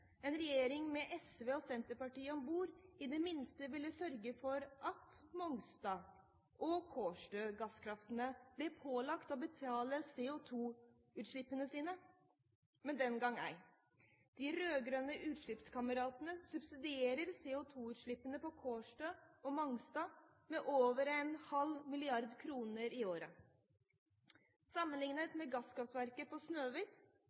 en regjering med SV og Senterpartiet om bord, i det minste ville sørge for at Mongstad- og Kårstø-gasskraftverkene ble pålagt å betale for CO2-utslippene sine – men den gang ei. De rød-grønne utslippskameratene subsidierer CO2-utslippene fra Kårstø og Mongstad med over 0,5 mrd. kr i året. Sammenliknet med gasskraftverket på